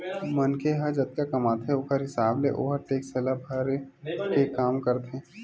मनखे ह जतका कमाथे ओखर हिसाब ले ओहा टेक्स ल भरे के काम करथे